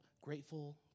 grateful